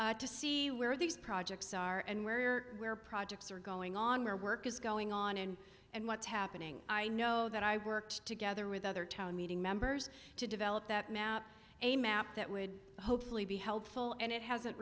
map to see where these projects are and where we are where projects are going on where work is going on in and what's happening i know that i worked together with other town meeting members to develop that map a map that would hopefully be helpful and it hasn't